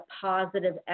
positive